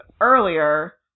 earlier